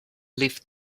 lift